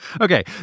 Okay